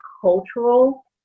cultural